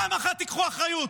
פעם אחת קחו אחריות.